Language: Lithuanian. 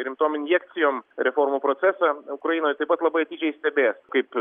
rimtom injekcijom reformų procesam ukrainoje taip pat labai atidžiai stebės kaip